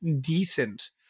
decent